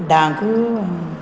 धांक